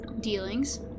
dealings